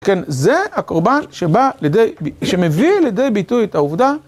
כן, זה הקורבן שבא לידי, שמביא לידי ביטוי את העובדה.